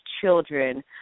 children